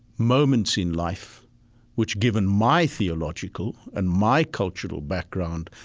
moments in life which, given my theological and my cultural background,